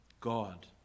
God